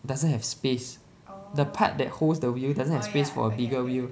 doesn't have space the part that holds the wheel doesn't have space for a bigger wheel